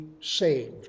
saved